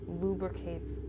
lubricates